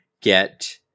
get